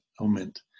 moment